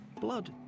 Blood